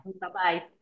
Bye-bye